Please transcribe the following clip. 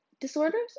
disorders